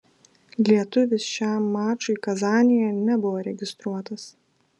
lietuvis šiam mačui kazanėje nebuvo registruotas